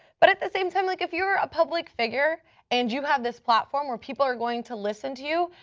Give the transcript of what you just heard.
but at the same time, like if you're a public figure and you have this platform where people are going to listen to you,